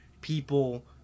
people